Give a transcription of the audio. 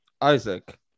isaac